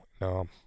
No